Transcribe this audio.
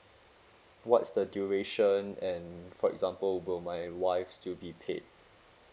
what's the duration and for example will my wife's still be paid